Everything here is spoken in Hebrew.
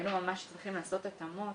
היינו ממש צריכים לעשות התאמות